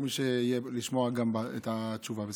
יהיה פה מי שישמע את התשובה.